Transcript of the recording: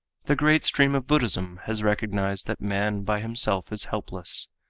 the great stream of buddhism has recognized that man by himself is helpless.